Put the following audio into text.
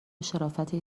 شرافتش